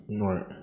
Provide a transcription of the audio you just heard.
right